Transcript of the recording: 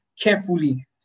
carefully